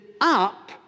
up